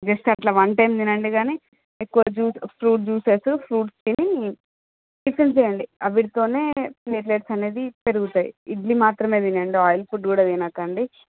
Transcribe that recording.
just అలా one time తినండి కానీ ఎక్కువ జ్యూసెస్సు ఫ్రూట్ జ్యూసెస్సు ఫ్రూట్స్ తిని టిఫన్ చెయ్యండి విటితోనే ప్లేటెలెట్స్ అనేవి పెరుగుతాయి ఇడ్లీ మాత్రమే తినండి ఆయిల్ ఫుడ్ కూడా తినకండి